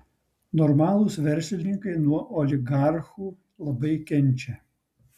normalūs verslininkai nuo oligarchų labai kenčia